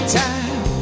time